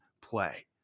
play